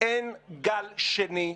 אין גל שני.